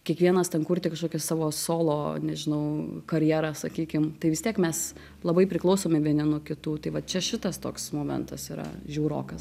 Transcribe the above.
kiekvienas ten kurti kažkokį savo solo nežinau karjerą sakykim tai vis tiek mes labai priklausomi vieni nuo kitų tai va čia šitas toks momentas yra žiaurokas